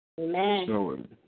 Amen